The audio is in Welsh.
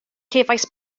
cefais